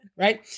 right